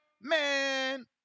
Man